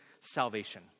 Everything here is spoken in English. salvation